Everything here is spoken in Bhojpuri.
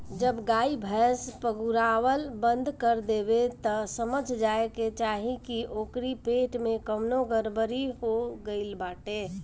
जब गाई भैस पगुरावल बंद कर देवे तअ समझ जाए के चाही की ओकरी पेट में कवनो गड़बड़ी हो गईल बाटे